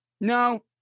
no